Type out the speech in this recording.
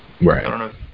Right